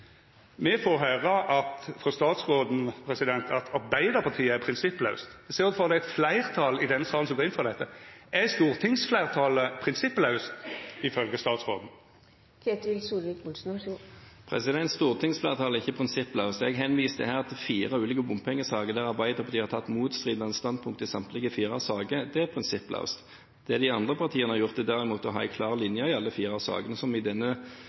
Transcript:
Me får høyra frå statsråden at Arbeidarpartiet er prinsipplaust. Det ser ut som det er eit fleirtal i denne salen som går inn for dette. Er stortingsfleirtalet prinsipplaust, ifølgje statsråden? Stortingsflertallet er ikke prinsippløst. Jeg henviste her til fire ulike bompengesaker der Arbeiderpartiet har tatt motstridende standpunkt i samtlige fire saker. Det er prinsippløst. Det de andre partiene har gjort, er derimot å ha en klar linje i alle fire sakene, som i denne